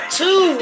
two